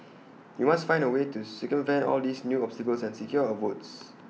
we must find A way to circumvent all these new obstacles and secure our votes